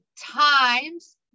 times